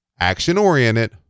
action-oriented